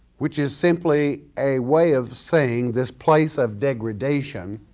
which is simply a way of saying this place of degradation,